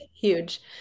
huge